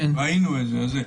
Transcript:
ראינו את זה.